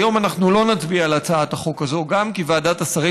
שהיום אנחנו לא נצביע על הצעת החוק הזו גם כי ועדת השרים